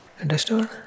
Understood